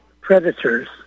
predators